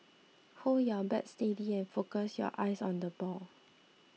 hold your bat steady and focus your eyes on the ball